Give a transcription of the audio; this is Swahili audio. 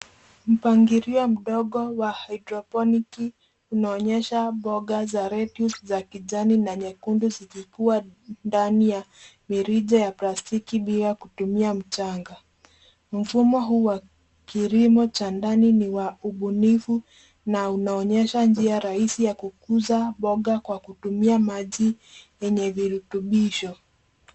Mpangilio mdogo wa hydroponiki unaonyesha mboga za lettuce ya kijani na nyekundu zikikua ndani ya mirija ya plastiki bila kutumia mchanga. Mfumo huu wa kilimo cha ndani ni wa ubunifu na unaonyesha njia rahisi ya kukuza mboga kwa kutumia maji yenye virutubisho.